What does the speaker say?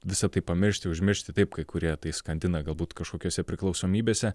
visa tai pamiršti užmiršti taip kai kurie tai skandina galbūt kažkokiose priklausomybėse